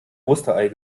osterei